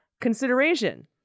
consideration